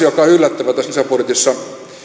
joka on yllättävä tässä lisäbudjetissa